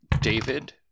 David